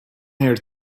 here